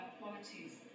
qualities